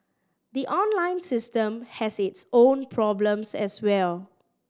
the online system has its own problems as well